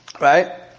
right